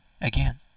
again